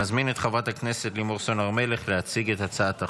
אני מזמין את חברת הכנסת לימור סון הר מלך להציג את הצעת החוק.